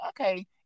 okay